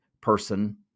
person